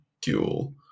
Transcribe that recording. duel